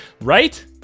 right